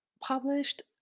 published